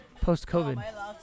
post-covid